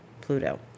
Pluto